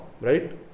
right